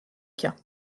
cas